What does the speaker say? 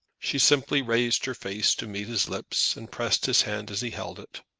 she simply raised her face to meet his lips, and pressed his hand as she held it.